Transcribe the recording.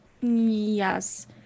yes